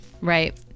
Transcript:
Right